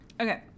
Okay